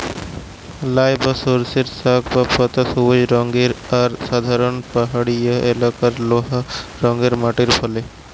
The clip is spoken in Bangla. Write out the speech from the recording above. লাই বা সর্ষের শাক বা পাতা সবুজ রঙের আর সাধারণত পাহাড়িয়া এলাকারে লহা রওয়া মাটিরে ফলে